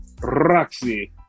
Roxy